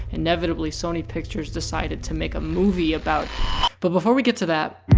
inevitably, sony pictures decided to make a movie about but, before we get to that